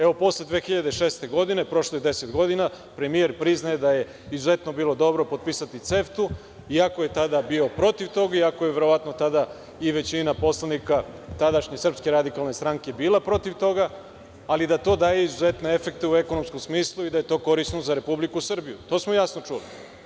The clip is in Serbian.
Evo, posle 2006. godine, prošlo je 10 godina, premijer priznaje da je izuzetno bilo dobro potpisati CEFTA, iako je tada bio protiv toga, iako su verovatno tada i većina poslanika tadašnje SRS bila protiv toga, ali da to daje izuzetne efekte u ekonomskom smislu i da je to korisno za Republiku Srbiju, to smo jasno čuli.